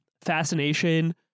fascination